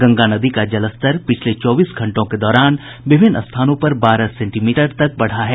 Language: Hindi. गंगा नदी का जलस्तर पिछले चौबीस घंटों के दौरान विभिन्न स्थानों पर बारह सेंटीमीटर तक बढ़ा है